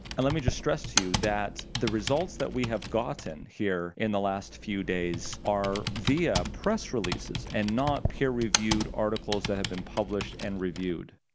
and let me just stress to you that the results that we have gotten here in the last few days are via press releases and not peer-reviewed articles that have been published and reviewed.